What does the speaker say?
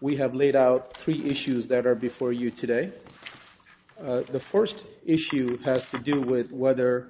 we have laid out three issues that are before you today the first issue of do with whether